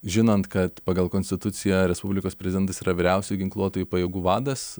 žinant kad pagal konstituciją respublikos prezidentas yra vyriausių ginkluotųjų pajėgų vadas